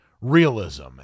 realism